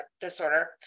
disorder